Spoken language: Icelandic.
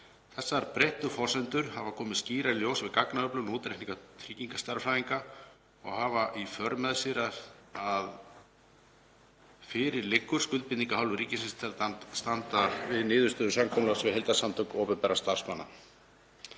Þessar breyttu forsendur hafa komið skýrar í ljós við gagnaöflun og útreikninga tryggingastærðfræðinga og hafa í för með sér að fyrir liggur skuldbinding af hálfu ríkisins til að standa við niðurstöðu samkomulags við heildarsamtök opinberra starfsmanna.